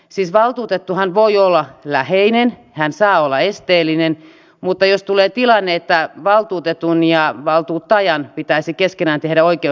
siis valtuutettuhan voi olla läheinen hän saa olla esteellinen mutta jos tulee tilanne että valtuutetun ja valtuuttajan pitäisi keskenään tehdä oikea